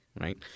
right